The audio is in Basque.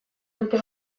dute